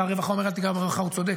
שר הרווחה אומר: אל תיגע ברווחה, הוא צודק.